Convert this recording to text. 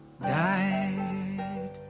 died